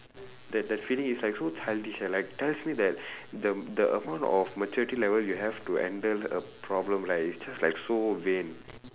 that that feeling is like so childish eh like tells me that the the amount of maturity level you have to handle a problem right is just like so vain